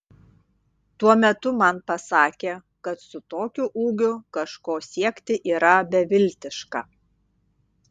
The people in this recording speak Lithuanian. tuo metu man pasakė kad su tokiu ūgiu kažko siekti yra beviltiška